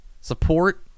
Support